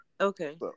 Okay